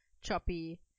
choppy